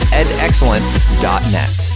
edexcellence.net